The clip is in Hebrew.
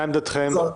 מה דעתכם?